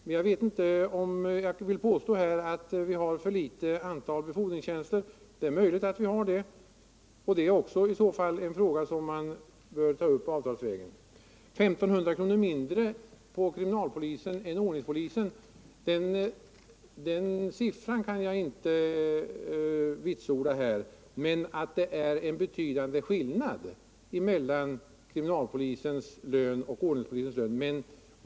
Men jag vet inte om jag kan påstå att vi har för litet antal befordringstjänster. Det är möjligt, men det är också en fråga som man i så fall bör ta upp avtalsvägen. Jag kan inte här vitsorda uppgiften om 1 500 kr. mindre för kriminalpolisen jämfört med ordningspolisen. Att det är en betydande skillnad mellan deras löner är klart.